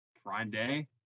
Friday